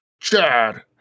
Chad